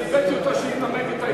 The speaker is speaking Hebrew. אני הבאתי אותו שינמק את הערעור.